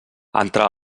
entrar